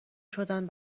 شدن